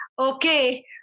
okay